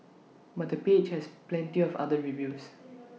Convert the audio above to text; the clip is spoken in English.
but the page has plenty of other reviews